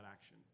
action